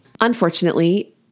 Unfortunately